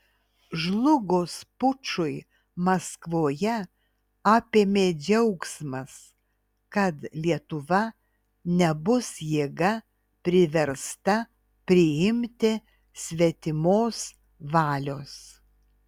žlugus pučui maskvoje apėmė džiaugsmas kad lietuva nebus jėga priversta priimti svetimos valios